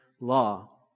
law